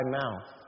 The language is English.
mouth